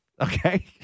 Okay